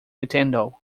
nintendo